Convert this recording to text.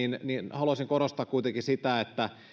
haluaisin korostaa kuitenkin sitä että